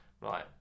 Right